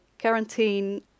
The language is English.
quarantine